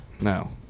No